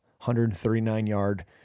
139-yard